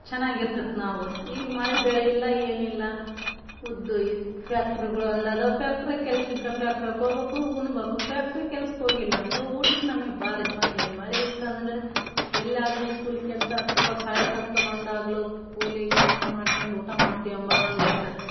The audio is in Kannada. ಚೆನ್ನಾಗಿರ್ತಿತ್ತು ನಾವು ಈಗ ಮಳೆ ಬೆಳೆ ಇಲ್ಲ ಏನಿಲ್ಲ ಉದ್ದು ಇದು ಫ್ಯಾಕ್ಟ್ರಿಗಳು ಒಂದದಿವೆ ಫ್ಯಾಕ್ಟ್ರಿ ಕೆಲಸಿದ್ರೆ ಫ್ಯಾಕ್ಟ್ರಿಗೆ ಹೋಗ್ಬೇಕು ಉಣ್ಬೇಕು ಫ್ಯಾಕ್ಟ್ರಿ ಕೆಲ್ಸಕ್ಕೆ ಹೋಗಿಲ್ಲ ಅಂದ್ರೆ ಊಟಕ್ಕೆ ನಮಗೆ ಭಾರಿ ತೊಂದ್ರೆ ಮಳೆ ಇತ್ತಂದ್ರೆ ಎಲ್ಲಾಗ್ಲಿ ಕೂಲಿ ಕೆಲಸ ಹತ್ತು ರೂಪಾಯಿ ಕಳೆ ತೊಗೊಂಬಂದಾಗ್ಲಿ ಕೂಲಿ ಕೆಲಸ ಮಾಡ್ಕೊಂಡು ಊಟ ಮಾಡ್ತೀವಿ ಅನ್ನೋದೊಂದು ಇರ್ತಿತ್ತು